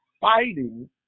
fighting